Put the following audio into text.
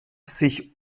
sich